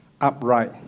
upright